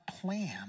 plan